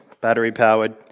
battery-powered